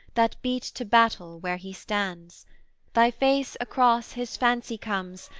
that beat to battle where he stands thy face across his fancy comes,